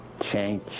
change